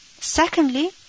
Secondly